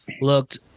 looked